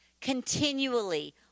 Continually